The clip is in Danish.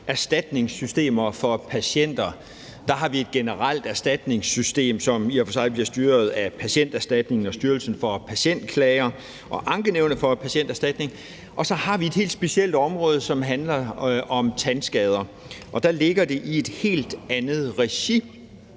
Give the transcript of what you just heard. erstatningssystemer for patienter. Der har vi et generelt erstatningssystem, som jo i og for sig bliver styret af Patienterstatningen og Styrelsen for Patientklager og Ankenævnet for Patienterstatningen, og så har vi et helt specielt område, som handler om tandskader, og der ligger det i et helt andet regi.